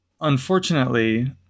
Unfortunately